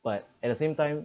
but at the same time